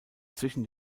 zwischen